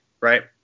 right